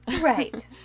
right